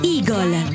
Eagle